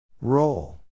Roll